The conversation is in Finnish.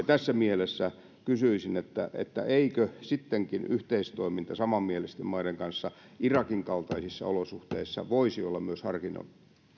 tässä mielessä kysyisin eikö sittenkin yhteistoiminta samanmielisten maiden kanssa irakin kaltaisissa olosuhteissa voisi olla myös harkinnan arvoinen